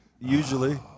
Usually